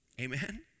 Amen